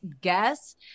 guess